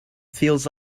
feels